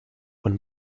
when